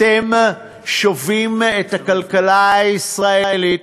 אתם שובים את הכלכלה הישראלית,